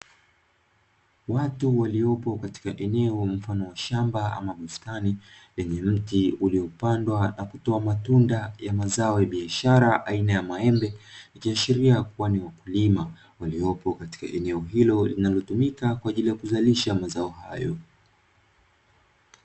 Watu waliopo katika eneo mfano wa shamba ama bustani, lenye mti uliopandwa na kutoa matunda ya mazao ya biashara aina ya maembe, ikiashiria kuwa wakulima waliopo katika eneo hilo linalotumika kwa ajili ya kuzalisha mazao hayo.